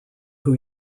who